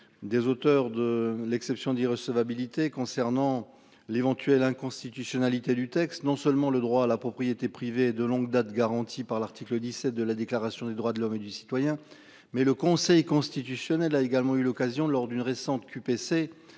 Des auteurs de l'exception d'irrecevabilité concernant l'éventuelle inconstitutionnalité du texte non seulement le droit à la propriété privée de longue date, garanti par l'article 17 de la déclaration des droits de l'homme et du citoyen. Mais le Conseil constitutionnel a également eu l'occasion lors d'une récente QPC